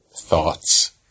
thoughts